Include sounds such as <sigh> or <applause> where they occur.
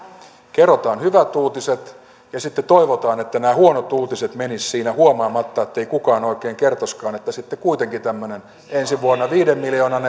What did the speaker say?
kerrotaan hyvät uutiset ja sitten toivotaan että nämä huonot uutiset menisivät siinä huomaamatta ettei kukaan oikein kertoisikaan että sitten kuitenkin ensi vuonna tämmöinen viiden miljoonan <unintelligible>